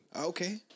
Okay